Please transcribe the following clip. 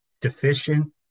deficient